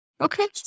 Okay